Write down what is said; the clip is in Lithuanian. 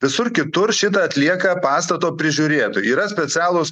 visur kitur šitą atlieka pastato prižiūrėtojai yra specialūs